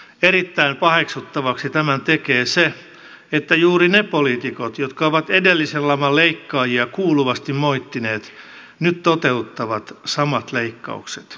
erittäin paheksuttavaksi tämän tekee se että juuri ne poliitikot jotka ovat edellisen laman leikkaajia kuuluvasti moittineet nyt toteuttavat samat leikkaukset